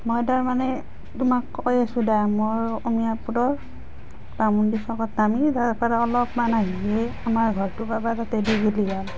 মই তাৰমানে তোমাক কৈ আছোঁ দিয়া মোৰ অমিয়াপদৰ বামুণী চ'কত নামি তাৰ পৰা অলপমান আহিয়ে আমাৰ ঘৰটো পাবা তাতে দীঘল